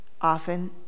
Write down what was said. often